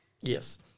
Yes